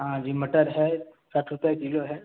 हाँ जी मटर है साठ रुपये किलो है